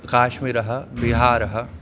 काश्मीरः बिहारः